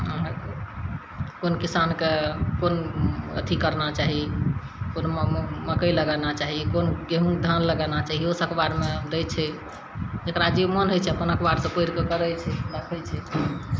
अहाँकेँ कोन किसानकेँ कोन अथी करना चाही कोन म म मकइ लगाना चाही कोन गहूम धान लगाना चाही ओसब अखबारमे दै छै जकरा जे मोन होइ छै अपन अखबारके पढ़िके करै छै राखै छै तहन